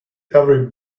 every